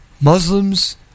Muslims